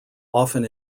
often